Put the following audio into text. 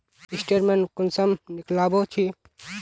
Statement कुंसम निकलाबो छी?